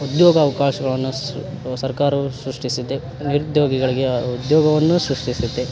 ಉದ್ಯೋಗ ಅವಕಾಶಗಳನ್ನು ಸ್ ಸರ್ಕಾರವು ಸೃಷ್ಟಿಸಿದೆ ನಿರುದ್ಯೋಗಿಗಳಿಗೆ ಉದ್ಯೋಗವನ್ನೂ ಸೃಷ್ಟಿಸಿದೆ